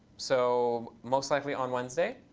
so most likely on wednesday,